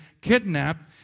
kidnapped